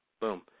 boom